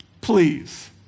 please